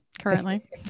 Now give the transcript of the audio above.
currently